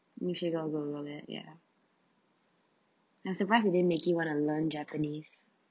you should go Google it ya I'm surprised it didn't make you want to learn japanese